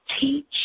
teach